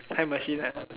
time machine and